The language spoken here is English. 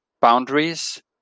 boundaries